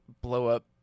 blow-up